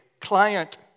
client